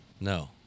No